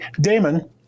Damon